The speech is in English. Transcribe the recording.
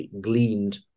gleaned